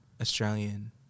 Australian